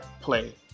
play